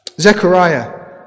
Zechariah